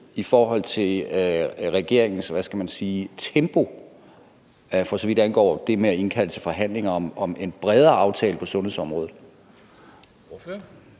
hvad skal man sige, tempo, for så vidt angår det med at indkalde til forhandlinger om en bredere aftale på sundhedsområdet?